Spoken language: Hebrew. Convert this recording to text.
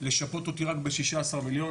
לשפות אותי רק ב-16 מיליון